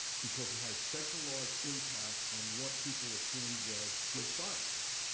because it had such a large impact on what people assume was good science.